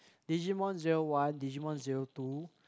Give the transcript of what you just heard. Digimon zero one Digimon zero two